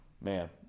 Man